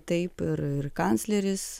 taip ir ir kancleris